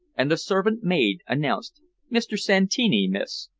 and the servant-maid announced mr. santini, miss.